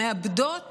מאבדות